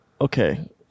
Okay